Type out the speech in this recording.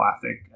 classic